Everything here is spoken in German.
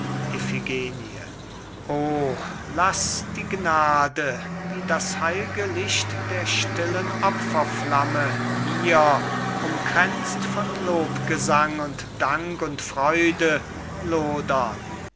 laß die gnade wie das heil'ge licht der stillen opferflamme mir umkränzt von lobgesang und dank und freude lodern